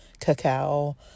cacao